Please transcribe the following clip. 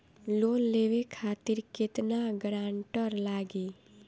Loan लेवे खातिर केतना ग्रानटर लागी?